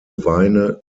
weine